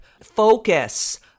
focus